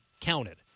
counted